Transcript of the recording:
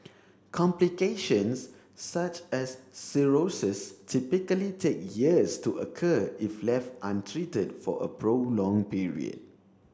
complications such as cirrhosis typically take years to occur if left untreated for a prolonged period